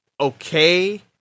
okay